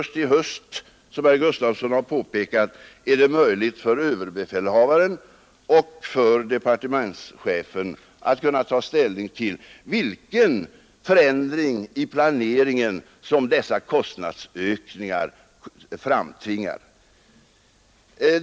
Som herr Gustavsson i Eskilstuna påpekade blir det först i höst möjligt för ÖB och departementschefen att kunna ta ställning till vilken förändring i planerna som dessa kostnadsökningar framtvingar.